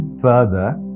further